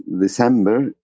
December